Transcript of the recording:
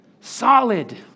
solid